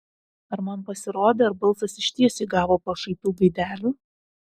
ar man pasirodė ar balsas išties įgavo pašaipių gaidelių